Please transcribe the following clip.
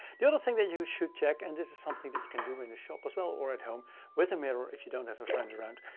the other thing that you should check, and this is something that you can do in the shop as well, or at home with a mirror if you don't have a friend around.